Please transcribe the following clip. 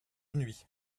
nuit